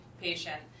patient